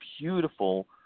beautiful